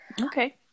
Okay